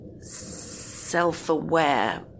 self-aware